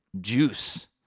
Juice